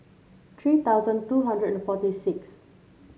three thousand two hundred and forty six